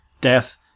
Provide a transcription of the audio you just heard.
Death